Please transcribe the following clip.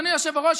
אדוני היושב-ראש,